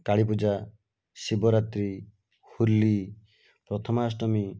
Kali Puja Shivaratri Holi Prathamastami